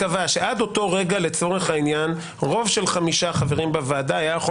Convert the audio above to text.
שעד אותו רגע לצורך העניין רוב של חמישה חברים בוועדה היה יכול